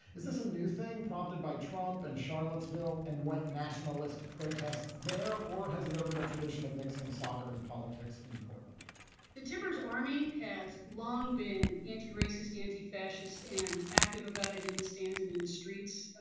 is this a new thing prompted by trump and charlottesville and white nationalist protests there or has there been a tradition of mixing soccer and politics in portland timbers army has long been anti-racist antifascist and active about it in the stands and in the streets.